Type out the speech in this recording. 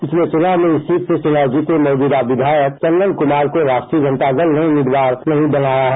पिछले चुनाव में इस सीट से चुनाव जीते मौजूदा विधायक चंदन कुमार को राष्ट्रीय जनता दल ने उम्मीदवार नहीं बनाया है